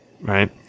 right